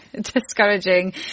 discouraging